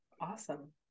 Awesome